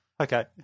Okay